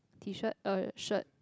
T shirt uh shirt